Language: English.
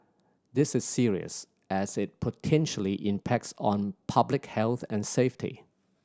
this is serious as it potentially impacts on public health and safety